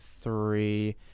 three